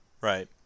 right